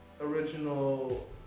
original